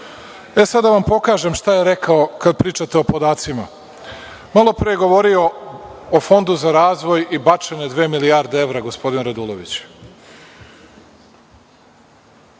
da vam pokažem šta je rekao, kada pričate o podacima. Malo pre je govorio o Fondu za razvoj i bačene dve milijarde evra, gospodin Radulović.